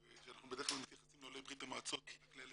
אנחנו בדרך כלל מתייחסים לעולי ברית המועצות כאלה